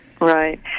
Right